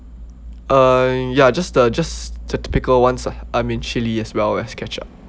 uh ya just the just the typical ones ah I mean chilli as well as ketchup